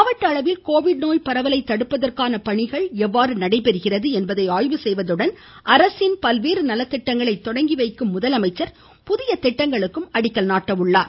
மாவட்ட அளவில் கோவிட் நோய் பரவலை தடுப்பதற்கான பணிகள் எவ்வாறு நடைபெறுகிறது என்பதை ஆய்வு செய்வதுடன் அரசின் பல்வேறு நலத்திட்டங்களை தொடங்கி வைக்கும் முதலமைச்சர் புதிய திட்டங்களுக்கும் அடிக்கல் நாட்டுகிறார்